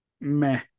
meh